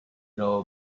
know